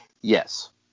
Yes